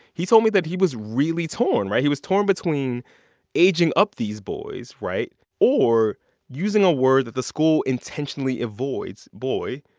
he told me that he was really torn, right? he was torn between aging up these boys right? or using a word that the school intentionally avoids, boy,